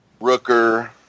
Rooker